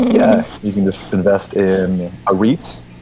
yeah. you can just invest in a reit